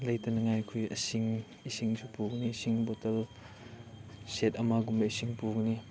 ꯂꯩꯇꯅꯤꯡꯉꯥꯏ ꯑꯩꯈꯣꯏ ꯏꯁꯤꯡ ꯏꯁꯤꯡꯁꯨ ꯄꯨꯒꯅꯤ ꯏꯁꯤꯡ ꯕꯣꯇꯜ ꯁꯦꯠ ꯑꯃꯒꯨꯝꯕ ꯏꯁꯤꯡ ꯄꯨꯒꯅꯤ